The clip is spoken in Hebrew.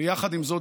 ויחד עם זאת,